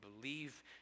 believe